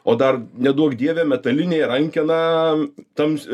o dar neduok dieve metalinė rankena tams